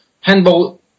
handball